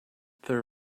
their